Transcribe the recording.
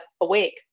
awake